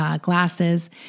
glasses